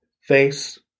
face